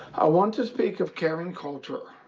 i want to speak of caring culture,